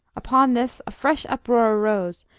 upon this a fresh uproar arose,